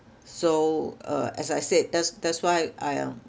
so uh as I said that's that's why I uh